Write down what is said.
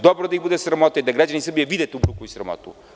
Dobro je da ih bude sramota i da građani Srbije vide tu bruku i sramotu.